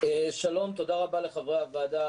שלום ותודה,